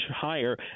higher